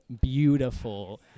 beautiful